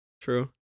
True